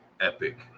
Epic